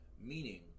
meaning